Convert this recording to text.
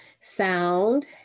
sound